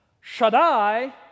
Shaddai